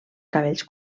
cabells